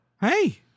Hey